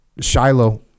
shiloh